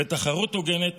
ותחרות הוגנת